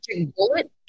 bullet